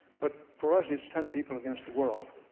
but for us it's ten people against the world.